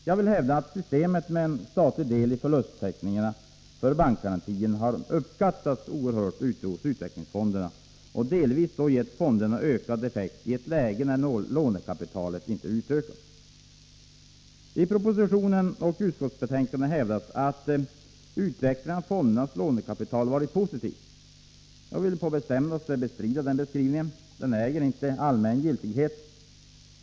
Jag vill hävda att systemet med en statlig del i förlusttäckningarna för bankgarantierna har uppskattats oerhört ute hos utvecklingsfonderna och delvis gett fonderna ökad effekt i ett läge när lånekapitalet inte utökats. I propositionen och i utskottsbetänkandet hävdas att utvecklingen av fondernas lånekapital varit positiv. Jag vill på det bestämdaste bestrida den beskrivningen. Den äger inte allmän giltighet.